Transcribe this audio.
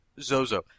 Zozo